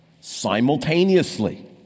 simultaneously